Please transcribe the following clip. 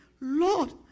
Lord